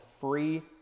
free